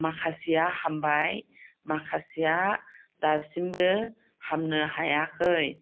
माखासेया हामबाय माखासेया दासिमबो हामनो हायाखै